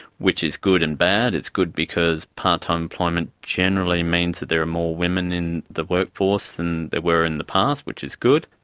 which is good and bad. it's good because part-time employment generally means that there are more women in the workforce than there were in the past, which is good.